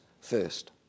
first